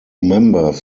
members